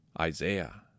Isaiah